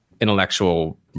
intellectual